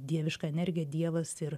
dieviška energija dievas ir